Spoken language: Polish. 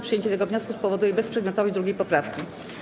Przyjęcie tego wniosku spowoduje bezprzedmiotowość 2. poprawki.